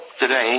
today